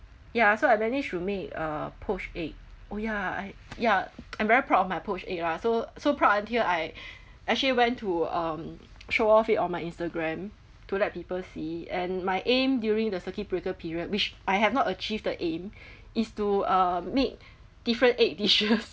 ya so I managed to make uh poached egg oh ya I ya I'm very proud of my poached egg lah so so proud until I actually went to um show off it on my instagram to let people see and my aim during the circuit breaker period which I have not achieved the aim is to uh make different egg dishes